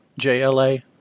JLA